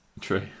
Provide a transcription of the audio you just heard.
True